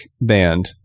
band